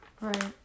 right